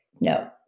No